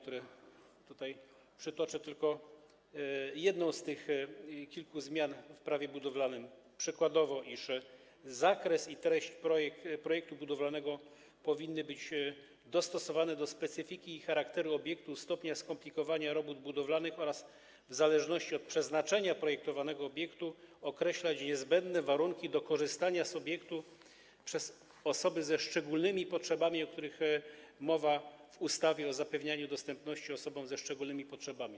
Tutaj przytoczę tylko jedną z kilku zmian w Prawie budowlanym przykładowo: Zakres i treść projektu budowlanego powinny być dostosowane do specyfiki i charakteru obiektu, stopnia skomplikowania robót budowlanych oraz w zależności od przeznaczenia projektowanego obiektu określać niezbędne warunki do korzystania z obiektu przez osoby ze szczególnymi potrzebami, o których mowa w ustawie o zapewnianiu dostępności osobom ze szczególnymi potrzebami.